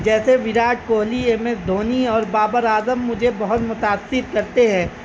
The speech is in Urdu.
جیسے وراٹ کوہلی ایم ایس دھونی اور بابر اعظم مجھے بہت متاثر کرتے ہیں